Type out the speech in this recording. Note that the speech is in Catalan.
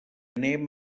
anem